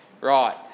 Right